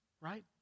right